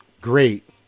great